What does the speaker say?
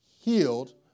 Healed